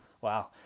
Wow